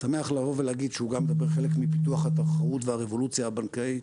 אני שמח להגיד שגם כחלק מפיתוח התחרות והרבולוציה הבנקאית